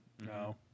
No